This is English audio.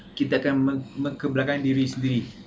kita akan meng~ ke belakang diri sendiri